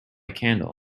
candle